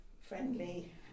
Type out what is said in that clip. friendly